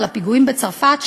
על הפיגועים בצרפת,